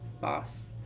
boss